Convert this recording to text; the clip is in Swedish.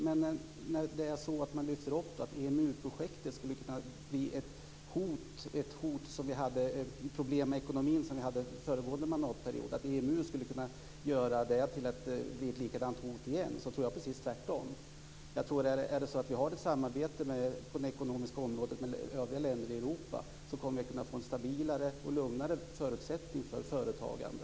Men han lyfter upp att EMU-projektet skulle kunna vara ett hot mot ekonomin och ge samma problem som vi hade under föregående mandatperiod. Jag tror att det är precis tvärtom. Om vi har ett samarbete på det ekonomiska området med övriga länder i Europa kommer vi att kunna få stabilare och lugnare förutsättningar för företagande.